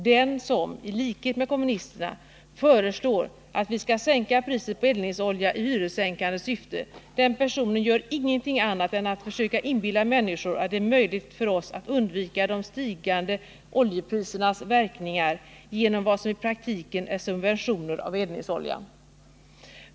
Den som —i likhet med kommunisterna — föreslår att vi skall sänka priset på eldningsolja i ka inbilla hyressänkande syfte, den personen gör ingenting annat än att fö människor att det är möjligt för oss att undvika de stigande oljeprisernas verkningar genom vad som i praktiken är subventioner av eldningsolja.